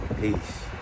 Peace